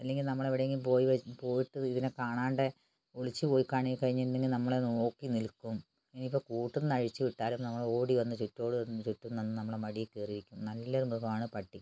അല്ലെങ്കിൽ നമ്മളെവിടെങ്കിലും പോയി പോയിട്ട് ഇതിനെ കാണാണ്ട് ഒളിച്ചു പോയി കഴിഞ്ഞിട്ടുണ്ടെങ്കിൽ നമ്മളെ നോക്കി നിൽക്കും ഇനീപ്പം കൂട്ടിൽ നിന്ന് അഴിച്ചുവിട്ടാലും നമ്മളെ ഓടി വന്ന് ചുറ്റോളും ചുറ്റും നമ്മുടെ മടിയിൽ കയറി ഇരിക്കും നല്ലൊരു മൃഗമാണ് പട്ടി